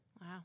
Wow